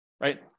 right